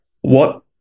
what-